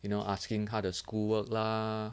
you know asking 他的 schoolwork lah